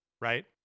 right